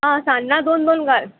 आं सान्नां दोन दोन घाल